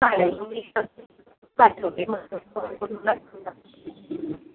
चालेल मग मी तसं पाठवते मग करून